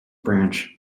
branch